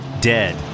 Dead